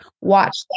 watch